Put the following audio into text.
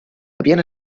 havien